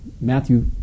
Matthew